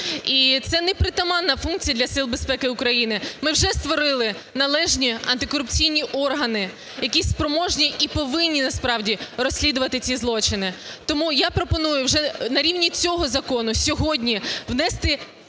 І це непритаманна функція для сил безпеки України. Ми вже створили належні антикорупційні органи, які спроможні і повинні насправді розслідувати ці злочини. Тому я пропоную вже на рівні цього закону сьогодні внести